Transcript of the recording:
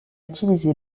utilisé